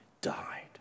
died